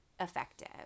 effective